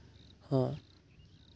ᱦᱚᱸ